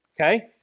okay